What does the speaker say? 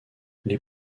les